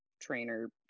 trainer